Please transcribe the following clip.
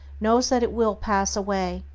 knows that it will pass away,